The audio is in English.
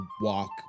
walk